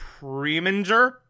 Preminger